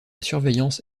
surveillance